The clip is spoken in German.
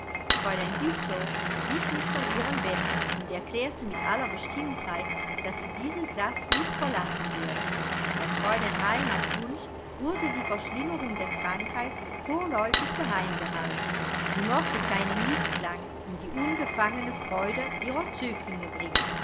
fräulein güssow wich nicht von ihrem bette und erklärte mit aller bestimmtheit daß sie diesen platz nicht verlassen werde auf fräulein raimars wunsch wurde die verschlimmerung der krankheit vorläufig geheim gehalten sie mochte keinen mißklang in die unbefangene freude ihrer zöglinge bringen